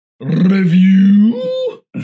Review